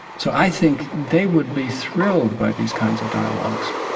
so i think they would be thrilled by these kinds of dialogues.